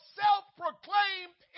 self-proclaimed